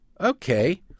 Okay